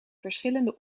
verschillende